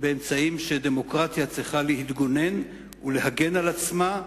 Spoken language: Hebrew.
אמצעים שדמוקרטיה צריכה כדי להתגונן ולהגן על עצמה,